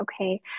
okay